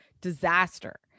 disaster